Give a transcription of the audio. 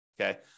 okay